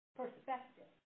perspective